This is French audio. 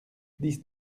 dix